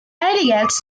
indicates